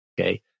Okay